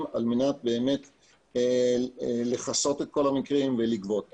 על מנת לכסות את כל המקרים ולגבות,